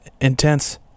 intense